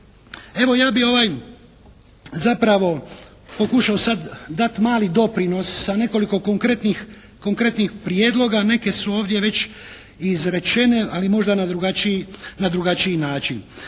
Evo ja bih ovaj zapravo pokušao sad dati mali doprinos sa nekoliko konkretnih prijedloga. Neke su ovdje već i izrečene, ali možda na drugačiji način.